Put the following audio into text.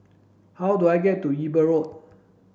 how do I get to Eber Road